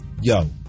Yo